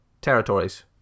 territories